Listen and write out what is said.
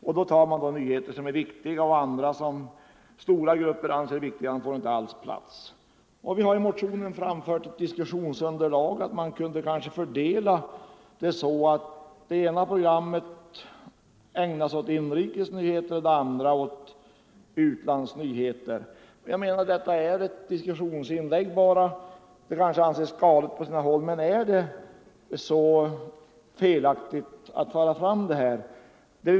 Man tar då upp nyheter som man finner viktiga medan andra, som stora grupper också anser viktiga, inte alls får plats. Vi har i motionen som diskussionsunderlag tagit upp tanken på en sådan fördelning att det ena programmet kunde ägna sig åt inrikesnyheter och det andra åt utlandsnyheter. Detta är bara ett diskussionsinlägg. En sådan uppdelning skulle kanske på sina håll anses galen men är denna tanke verkligen så felaktig?